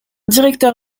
directeur